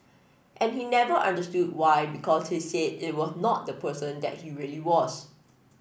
and he never understood why because he said it was not the person that he really was